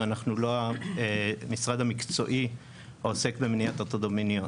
אנחנו לא המשרד המקצועי העוסק במניעת הטרדות המיניות.